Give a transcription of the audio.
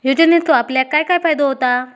योजनेचो आपल्याक काय काय फायदो होता?